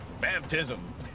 Baptism